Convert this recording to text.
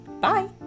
Bye